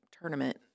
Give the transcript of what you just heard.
tournament